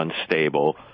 unstable